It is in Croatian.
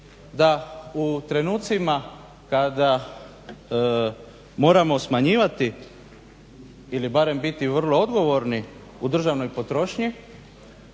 da u trenucima kada moramo smanjivati ili barem biti vrlo odgovorni u državnoj potrošnji